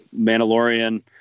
Mandalorian